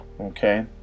Okay